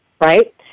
right